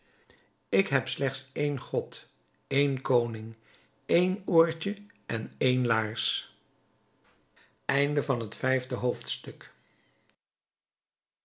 ik heb slechts een god een koning een oortje en een laars